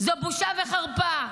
זו בושה וחרפה.